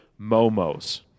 momos